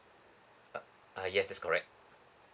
uh uh yes that's correct